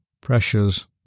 pressures